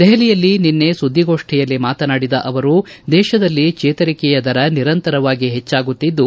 ದೆಹಲಿಯಲ್ಲಿ ನಿನ್ನೆ ಸುದ್ದಿಗೋಷ್ಠಿಯಲ್ಲಿ ಮಾತನಾಡಿದ ಅವರು ದೇಶದಲ್ಲಿ ಚೇತರಿಕೆಯ ದರ ನಿರಂತರವಾಗಿ ಹೆಚ್ಚಾಗುತ್ತಿದ್ದು